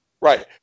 Right